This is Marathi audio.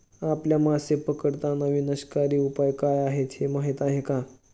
आपल्या मासे पकडताना विनाशकारी उपाय काय आहेत हे माहीत आहे का?